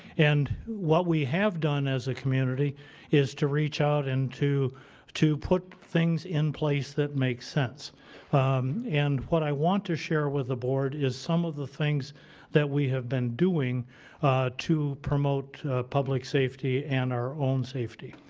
and what we have done as a community is to reach out and to to put things in place that make sense and what i want to share with the board is some of the things that we have been doing to promote public safety and our own safety.